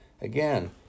Again